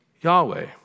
Yahweh